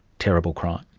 terrible crime?